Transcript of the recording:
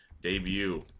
debut